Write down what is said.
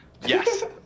Yes